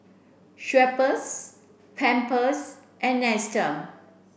Schweppes Pampers and Nestum